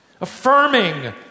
Affirming